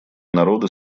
народы